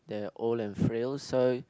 they're old and frail so